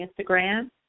Instagram